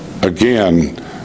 again